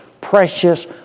precious